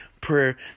prayer